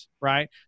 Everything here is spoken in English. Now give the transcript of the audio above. right